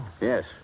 Yes